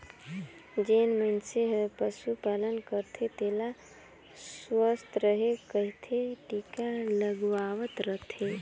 जेन मइनसे हर पसु पालन करथे तेला सुवस्थ रहें कहिके टिका लगवावत रथे